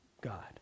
God